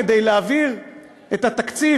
כדי להעביר את התקציב,